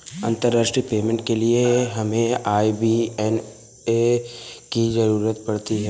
अंतर्राष्ट्रीय पेमेंट के लिए हमें आई.बी.ए.एन की ज़रूरत पड़ती है